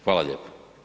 Hvala lijepa.